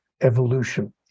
evolution